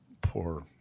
poor